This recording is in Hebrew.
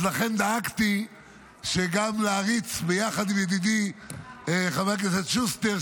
לכן דאגתי גם להריץ יחד עם ידידי חבר הכנסת שוסטר,